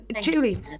Julie